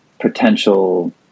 potential